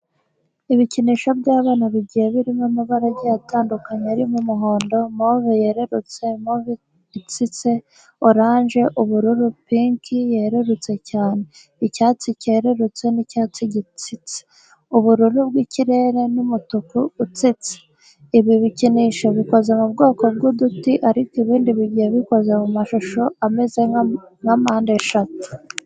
Ibikinisho by'abana bigiye birimo amabara agiye atandukanye arimo umuhondo, move yerurutse, move itsitse, oranje, ubururu, pinki yerurutse cyane, icyatsi cyerurutse n'icyatsi gitsitse, ubururu bw'ikirere n'umutuku utsitse. Ibi bikinisho bikoze mu bwoko bw'uduti ariko ibindi bigiye bikoze mu mashusho ameze nka mpande eshatu.